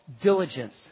diligence